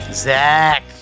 Zach